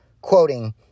quoting